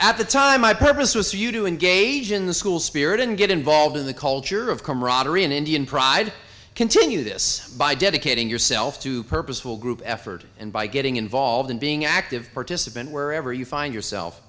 at the time my purpose was for you to engage in the school spirit and get involved in the culture of camaraderie and indian pride continue this by dedicating yourself to purposeful group effort and by getting involved in being active participant wherever you find yourself